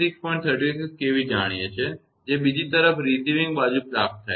36 kV જાણીએ છીએ જે બીજી તરફ રિસીવીંગ બાજુ પ્રાપ્ત થાય છે